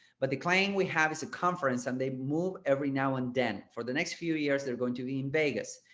but the claim we have is a conference and they move every now and then for the next few years, they're going to be in vegas,